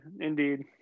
Indeed